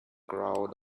crowd